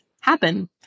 happen